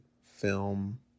film